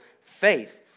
faith